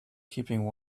keeping